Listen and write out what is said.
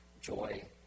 joy